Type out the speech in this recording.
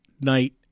night